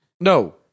No